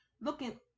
looking